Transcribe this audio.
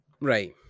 Right